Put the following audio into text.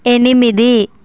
ఎనిమిది